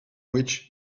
which